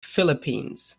philippines